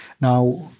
Now